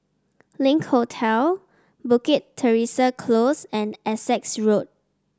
Link Hotel Bukit Teresa Close and Essex Road